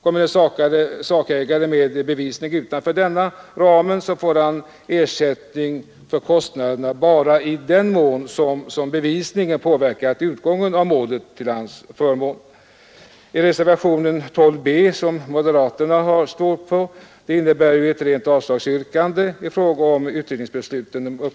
Kommer en sakägare med bevisning utanför denna ram, får han ersättning för kostnaderna bara i den mån bevisningen påverkat utgången av målet till hans förmån. Reservationen 12b, som moderaterna står för, innebär ett rent avslagsyrkande i fråga om utredningsbesluten.